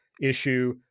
issue